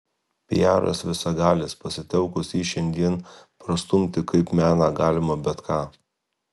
piaras visagalis pasitelkus jį šiandien prastumti kaip meną galima bet ką